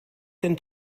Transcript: den